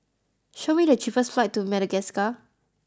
show me the cheapest flights to Madagascar